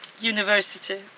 university